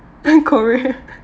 korean